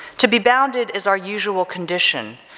to be bounded is our usual condition,